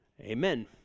Amen